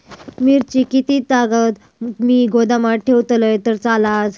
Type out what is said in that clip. मिरची कीततागत मी गोदामात ठेवलंय तर चालात?